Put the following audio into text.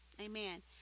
amen